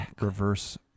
reverse